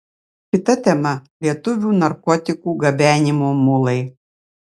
kita tema lietuvių narkotikų gabenimo mulai